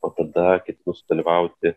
o tada kitus dalyvauti